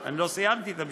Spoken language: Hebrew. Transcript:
אני לא סיימתי את המשפט.